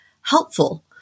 helpful